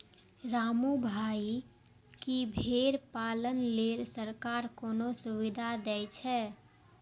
रामू भाइ, की भेड़ पालन लेल सरकार कोनो सुविधा दै छै?